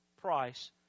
price